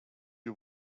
you